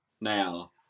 now